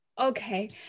okay